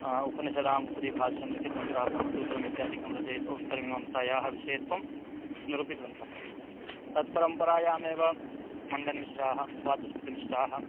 उपनिषदाम् उपरि भाष्यं लिखितवन्तः ब्रह्मसूत्रम् इत्यादिकं रचयित्वा उत्तरमीमांसायाः विषयत्वं निरूपितवन्तः तत्परम्परायामेव मण्डनमिश्राः वाचस्पतिमिश्राः